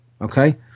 Okay